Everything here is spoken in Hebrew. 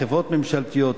חברות ממשלתיות,